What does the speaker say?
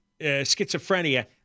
schizophrenia